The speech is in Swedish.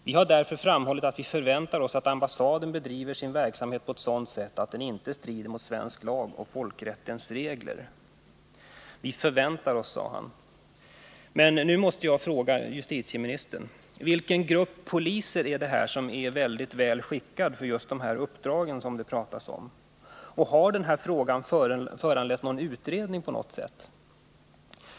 Vi här därvid framhållit att vi förväntar oss att ambassaden bedriver sin verksamhet på sådant sätt att den inte strider mot svensk lag och folkrättens regler.” Nu frågar jag justitieministern: Vilken grupp poliser är det som är väl skickad för just dessa uppdrag? Har denna fråga föranlett någon utredning?